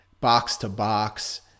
box-to-box